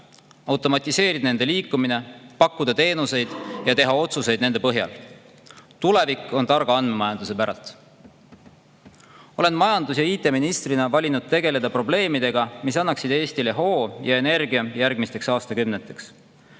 automatiseerida nende liikumine, pakkuda teenuseid ja teha otsuseid nende põhjal. Tulevik on targa andmemajanduse päralt. Olen majandus- ja IT-ministrina valinud tegeleda probleemidega, mis annaksid Eestile hoo ja energia järgmisteks aastakümneteks.